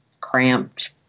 cramped